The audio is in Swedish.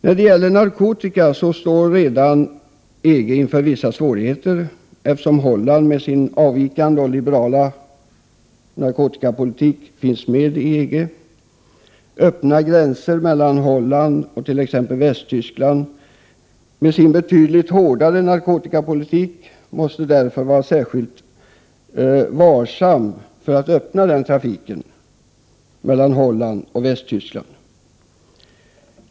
När det gäller narkotika står EG redan inför vissa svårigheter, eftersom Holland med sin avvikande och liberala narkotikapolitik är medlem i EG. Ett öppnande ay gränserna mellan Holland och t.ex. Västtyskland, med dess betydligt hårdare narkotikapolitik, måste därför ske på ett varsamt sätt.